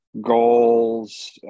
goals